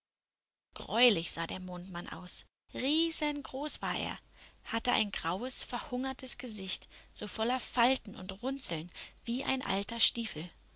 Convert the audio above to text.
greulich sah der mondmann aus riesengroß war er hatte ein graues verhungertes gesicht so voller falten und runzeln wie ein alter stiefel